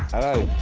hello.